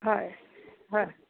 হয় হয়